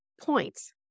points